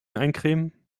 eincremen